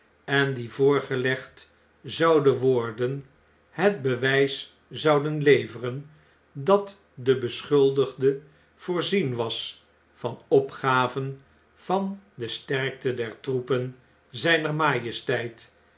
en die voorgelegd zouden worden het bewp zouden leveren dat de beschuldigde voorzien was van opgaven van de sterkte der troepen zgner majesteit